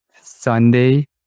Sunday